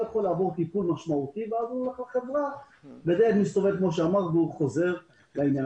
יכול לעבור טיפול משמעותי ואז הוא חוזר לחברה בדלת מסתובבת וחוזר לכלא.